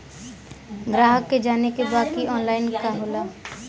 ग्राहक के जाने के बा की ऑनलाइन का होला?